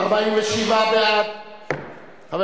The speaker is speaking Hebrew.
ההסתייגות של קבוצת סיעת קדימה ושל חבר